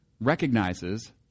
recognizes